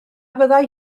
fyddai